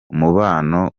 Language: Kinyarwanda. umubano